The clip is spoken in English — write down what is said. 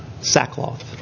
sackcloth